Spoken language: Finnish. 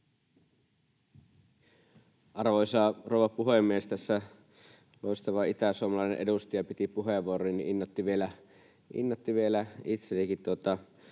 Arvoisa rouva puhemies! Tässä kun loistava itäsuomalainen edustaja piti puheenvuoron, niin innoitti vielä itseänikin